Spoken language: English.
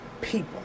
people